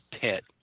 pet